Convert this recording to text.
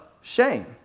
shame